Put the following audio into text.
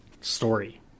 story